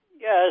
Yes